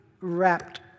wrapped